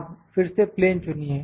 अब फिर से प्लेन चुनिए